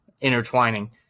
intertwining